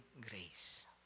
grace